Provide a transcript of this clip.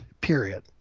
period